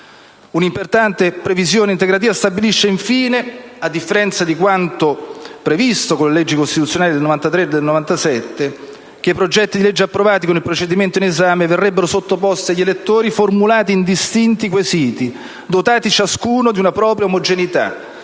Un'importante previsione integrativa stabilisce, infine, a differenza di quanto previsto con le leggi costituzionali del 1993 e del 1997, che i progetti di legge approvati con il procedimento in esame verrebbero sottoposti agli elettori formulati in distinti quesiti, dotati ciascuno di una propria omogeneità,